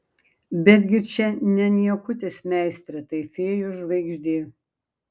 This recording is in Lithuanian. betgi čia ne niekutis meistre tai fėjų žvaigždė